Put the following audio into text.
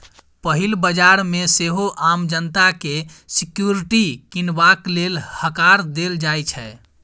पहिल बजार मे सेहो आम जनता केँ सिक्युरिटी कीनबाक लेल हकार देल जाइ छै